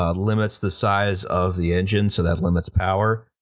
um limits the size of the engine, so that limits power,